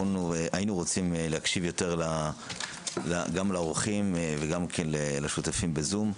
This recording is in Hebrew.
היינו רוצים להקשיב יותר גם לאורחים וגם לשותפים בזום.